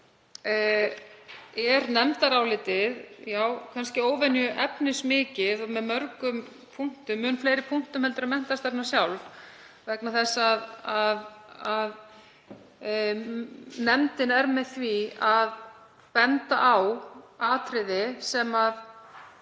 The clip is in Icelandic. er nefndarálitið óvenju efnismikið og með mörgum punktum, mun fleiri punktum en menntastefna sjálf, vegna þess að nefndin er með því að benda á atriði sem